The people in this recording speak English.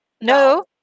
No